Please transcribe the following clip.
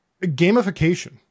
gamification